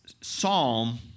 psalm